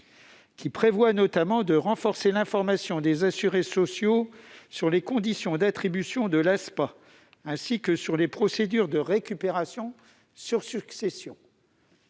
qui prévoit notamment de renforcer l'information des assurés sociaux sur les conditions d'attribution de l'ASPA, ainsi que sur les procédures de récupération sur succession.